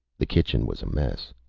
the kitchen was a mess.